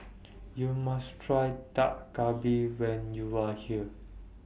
YOU must Try Dak Galbi when YOU Are here